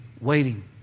waiting